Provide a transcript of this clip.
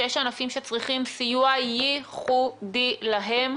שיש ענפים שצריכים סיוע ייחודי להם,